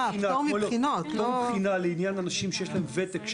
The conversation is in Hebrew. לעניין פטור מבחינה לעניין אנשים שיש להם ותק,